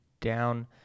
down